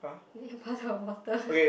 is it a puddle of water